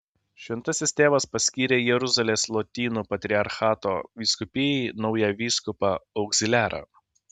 šventasis tėvas paskyrė jeruzalės lotynų patriarchato vyskupijai naują vyskupą augziliarą